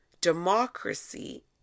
democracy